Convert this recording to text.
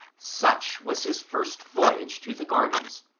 such was his first voyage to the gardens,